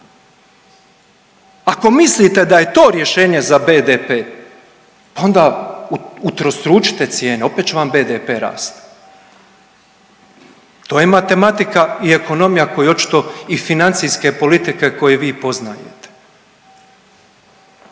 Ako mislite da je to rješenje za BDP onda utrostručite cijene, opet će vam BDP rasti. To je matematika i ekonomija koju očito i financijske politike koje vi poznajete.